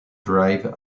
drive